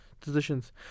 decisions